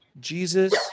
Jesus